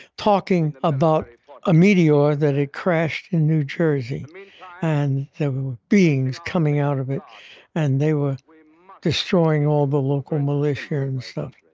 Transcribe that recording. talking about a meteor that had crashed in new jersey and there were beings coming out of it and they were were destroying all the local militia and stuff.